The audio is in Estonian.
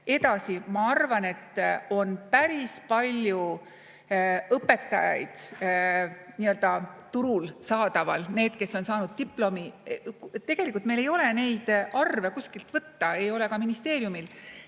Edasi, ma arvan, et on päris palju õpetajaid nii-öelda turul saadaval, need, kes on saanud diplomi – tegelikult meil ei ole neid arve kuskilt võtta, ei ole ka ministeeriumil